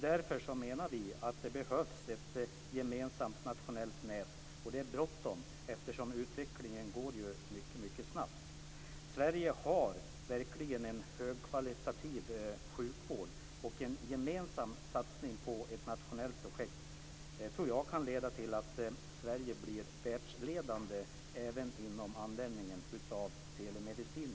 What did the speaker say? Vi menar därför att det behövs ett gemensamt nationellt nät. Det är också bråttom, eftersom utvecklingen går mycket snabbt. Sverige har verkligen en högkvalitativ sjukvård, och jag tror att en gemensam satsning på ett nationellt projekt kan leda till att Sverige blir världsledande även inom användningen av telemedicin.